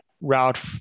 Route